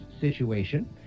situation